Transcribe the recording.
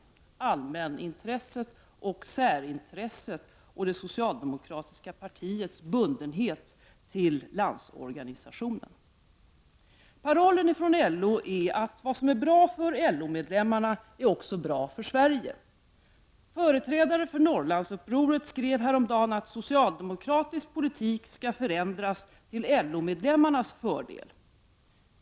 Det gäller allmänintresset och särintresset och det socialdemokratiska partiets bundenhet till LO. Parollen från LO är att vad som är bra för LO-medlemmarna är också bra för Sverige. Företrädare för Norrlandsuppropet skrev häromdagen att socialdemokratisk politik skall förändras till LO-medlemmarnas fördel.